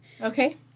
Okay